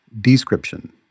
description